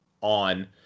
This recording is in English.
on